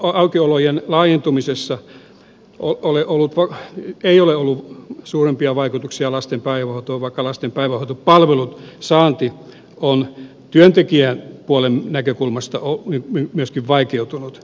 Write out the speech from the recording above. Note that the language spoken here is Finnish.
aukiolojen laajentumisella ei ole ollut suurempia vaikutuksia lasten päivähoitoon vaikka lasten päivähoitopalvelujen saanti on työntekijäpuolen näkökulmasta vaikeutunut